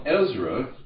Ezra